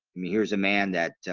mean here's a man that